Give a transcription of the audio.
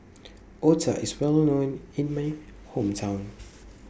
Otah IS Well known in My Hometown